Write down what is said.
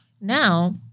Now